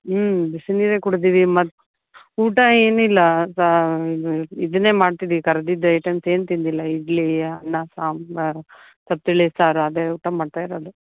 ಹ್ಞೂ ಬಿಸಿನೀರೇ ಕುಡಿದೇವೆ ಮತ್ತು ಊಟ ಏನಿಲ್ಲ ಸಾ ಇದು ಇದನ್ನೇ ಮಾಡ್ತಿದ್ದೆ ಕರ್ದಿದ್ದು ಐಟಮ್ಸ್ ಏನೂ ತಿಂದಿಲ್ಲ ಇಡ್ಲಿ ಯ ಅನ್ನ ಸಾಂಬಾರು ಸ್ವಲ್ಪ ತಿಳಿ ಸಾರು ಅದೇ ಊಟ ಮಾಡ್ತಾ ಇರೋದು